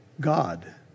God